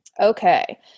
Okay